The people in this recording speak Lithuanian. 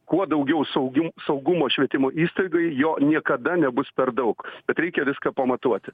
kuo daugiau saugių saugumo švietimo įstaigoj jo niekada nebus per daug bet reikia viską pamatuoti